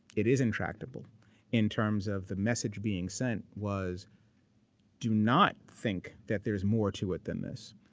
it is intractable in terms of the message being sent was do not think that there's more to it than this,